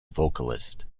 vocalist